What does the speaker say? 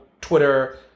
Twitter